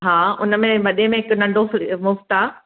हा हुन में वॾे में हिकु नंढो मुफ़्त आहे